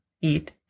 eat